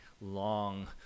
long